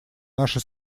наши